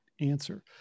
answer